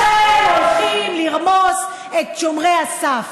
כולכם הולכים לרמוס את שומרי הסף.